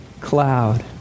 cloud